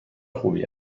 خوبی